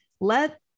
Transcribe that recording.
Let